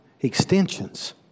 extensions